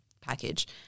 package